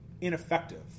ineffective